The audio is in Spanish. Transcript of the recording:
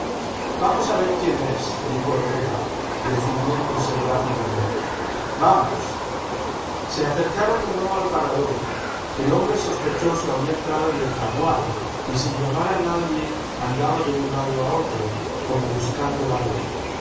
vamos a ver quién es dijo herrera decidiéndose rápidamente vamos se acercaron de nuevo al parador el hombre sospechoso había entrado en el zaguán y sin llamar a nadie andaba de un lado a otro como buscando algo